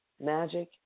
magic